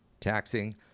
taxing